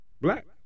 Black